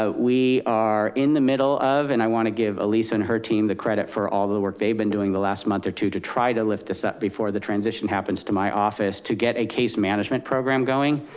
ah we are in the middle of, and i wanna give elissa and her team the credit for all the the work they've been doing the last month or two to try to lift this up before the transition happens to my office to get a case management program going,